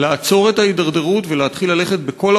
לעצור את ההידרדרות ולהתחיל ללכת בכל